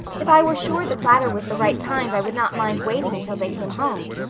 if i were sure the platter was the right kind i would not mind waiting until they came home.